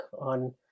on